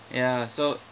ya so